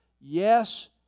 yes